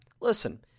listen